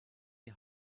die